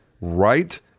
right